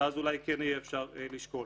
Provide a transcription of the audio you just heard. ואז אולי כן אפשר יהיה לשקול.